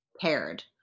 paired